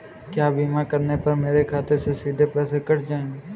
क्या बीमा करने पर मेरे खाते से सीधे पैसे कट जाएंगे?